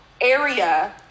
area